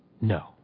No